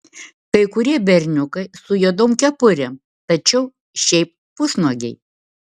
kai kurie berniukai su juodom kepurėm tačiau šiaip pusnuogiai